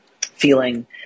feeling